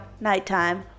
nighttime